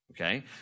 Okay